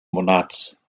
monats